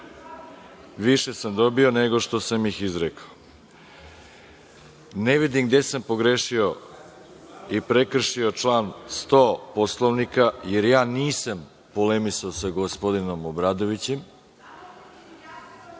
Više sam dobio nego što sam ih izrekao. Ne vidim gde sam pogrešio i prekršio član 100. Poslovnika, jer ja nisam polemisao sa gospodinom Obradovićem,(Marija